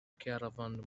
caravan